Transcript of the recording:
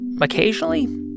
occasionally